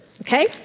okay